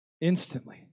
instantly